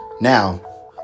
Now